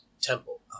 temple